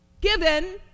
given